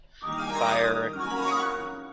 fire